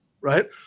Right